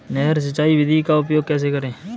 नहर सिंचाई विधि का उपयोग कैसे करें?